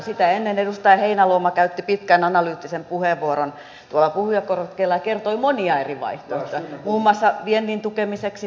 sitä ennen edustaja heinäluoma käytti pitkän ja analyyttisen puheenvuoron tuolla puhujakorokkeella ja kertoi monia eri vaihtoehtoja muun muassa viennin tukemiseksi tässä ja nyt